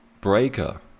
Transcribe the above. Breaker